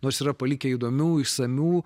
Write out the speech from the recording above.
nors yra palikę įdomių išsamių